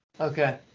Okay